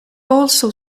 also